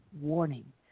warning